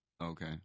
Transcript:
Okay